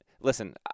Listen